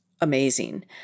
amazing